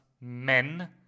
men